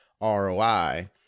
ROI